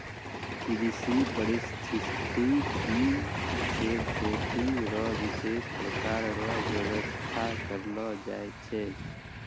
कृषि परिस्थितिकी से खेती रो विशेष प्रकार रो व्यबस्था करलो जाय छै